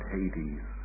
Hades